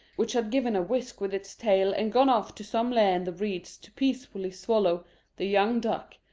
which had given a whisk with its tail and gone off to some lair in the reeds to peacefully swallow the young duck,